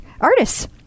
artists